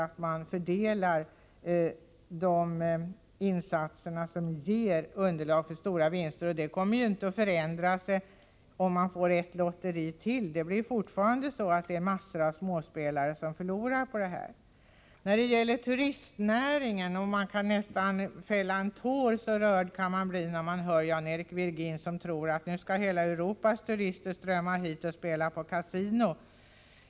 Det är de många insatserna som ger underlag för stora vinster, och det är ett förhållande som inte kommer att ändras om vi får ytterligare ett lotteri. Det blir fortfarande en mängd småspelare som förlorar. Man kan nästan fälla en tår — så rörd blir man, när Jan-Eric Virgin säger att snart sagt alla Europas turister skall strömma hit och spela på kasino.